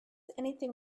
anything